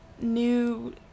new